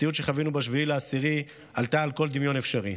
המציאות שחווינו ב-7 באוקטובר עלתה על כל דמיון אפשרי,